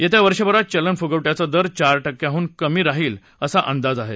येत्या वर्षभरात चलनफुगवट्याचा दर चार टक्क्यांहून कमी राहील असा अंदाज आहे